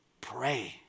Pray